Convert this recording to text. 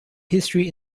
history